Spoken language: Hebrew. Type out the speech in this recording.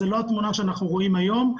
זאת לא התמונה שאנחנו רואים היום.